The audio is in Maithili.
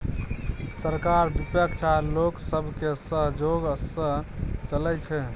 सरकार बिपक्ष आ लोक सबके सहजोग सँ चलइ छै